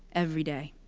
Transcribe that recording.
every day.